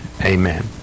amen